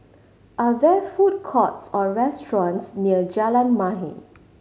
are there food courts or restaurants near Jalan Mahir